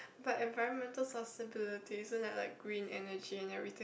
but environmental sustainability isn't that like green energy and everything